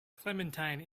clementine